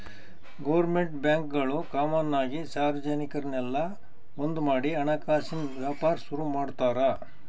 government ಬ್ಯಾಂಕ್ಗುಳು common ಆಗಿ ಸಾರ್ವಜನಿಕುರ್ನೆಲ್ಲ ಒಂದ್ಮಾಡಿ ಹಣಕಾಸಿನ್ ವ್ಯಾಪಾರ ಶುರು ಮಾಡ್ತಾರ